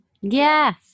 Yes